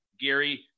Gary